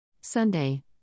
sunday